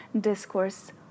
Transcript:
discourse